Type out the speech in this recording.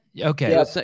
Okay